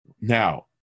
Now